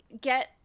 get